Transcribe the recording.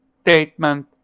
statement